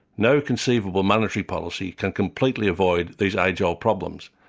no conceivable monetary policy can completely avoid these age-old problems.